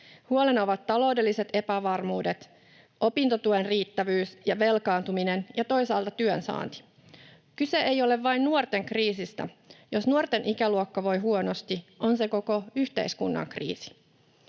Huolena ovat taloudelliset epävarmuudet, opintotuen riittävyys ja velkaantuminen ja toisaalta työnsaanti. Kyse ei ole vain nuorten kriisistä. Jos nuorten ikäluokka voi huonosti, on se koko yhteiskunnan kriisi.